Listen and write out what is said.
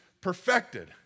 perfected